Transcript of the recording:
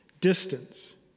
distance